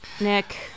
Nick